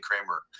Kramer